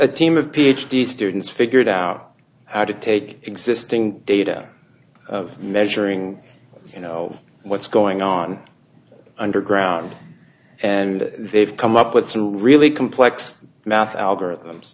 a team of ph d students figured out how to take existing data measuring you know what's going on underground and they've come up with some really complex math algorithms